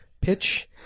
pitch